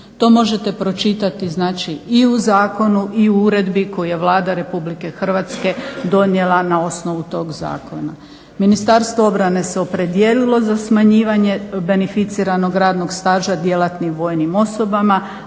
To možete pročitati znači i u zakonu i u uredbi koju je Vlada Republike Hrvatske donijela na osnovu tog zakona. Ministarstvo obrane se opredijelilo za smanjivanje beneficiranog radnog staža djelatnim vojnim osobama,